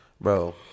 Bro